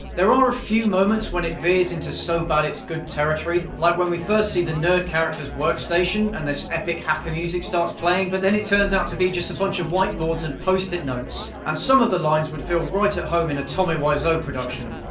there are a few moments when it veers into so-bad-it's-good territory, like when we first see the nerd character's workstation and this epic hacker music starts playing, but then it turns out to be just a bunch of whiteboards and post-it notes. and some of the lines would feel right at home in a tommy wiseau production.